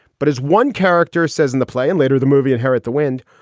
but as one character says in the play and later the movie inherit the wind,